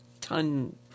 ton